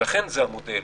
לכן זה המודל.